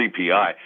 CPI